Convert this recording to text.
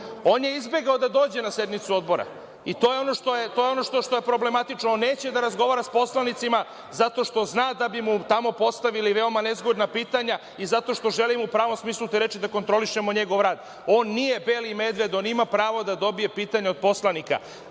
On je izbegao da dođe na sednicu Odbora, i to je ono što je problematično. On neće da razgovara sa poslanicima zato što zna da bi mu tamo postavili veoma nezgodna pitanja, i zato što želimo u pravom smislu te reči da kontrolišemo njegov rad. On nije beli medved, on ima pravo da dobije pitanje od poslanika.